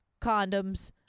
condoms